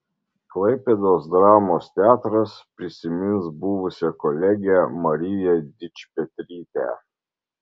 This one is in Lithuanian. klaipėdos dramos teatras prisimins buvusią kolegę mariją dičpetrytę